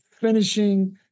finishing